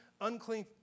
unclean